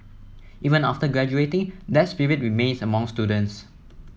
even after graduating that spirit remains among students